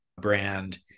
brand